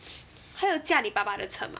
她有驾你爸爸的车 mah